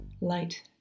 Light